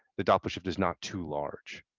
the doppler shift is not too large.